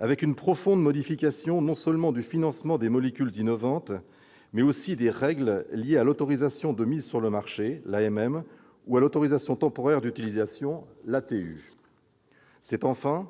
avec une profonde modification non seulement du financement des molécules innovantes, mais aussi des règles liées à l'autorisation de mise sur le marché, l'AMM, ou à l'autorisation temporaire d'utilisation, l'ATU. C'est enfin